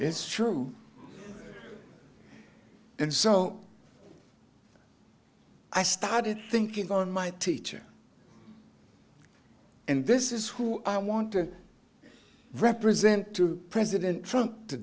is true and so i started thinking on my teacher and this is who i want to represent to president from t